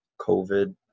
COVID